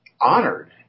Honored